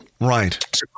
Right